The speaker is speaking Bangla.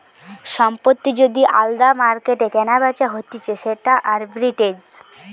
সম্পত্তি যদি আলদা মার্কেটে কেনাবেচা হতিছে সেটা আরবিট্রেজ